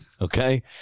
Okay